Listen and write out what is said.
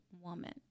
woman